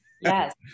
Yes